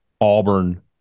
Auburn